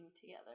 together